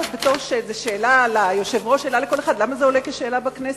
זו שאלה ליושב-ראש ולכל אחד: למה זה עולה כשאלה בכנסת?